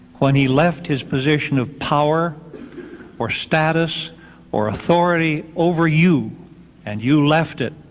when he left his position of power or status or authority over you and you left it